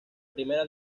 primera